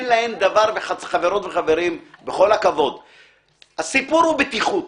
חברות וחברים, הסיפור הוא בטיחות.